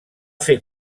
fer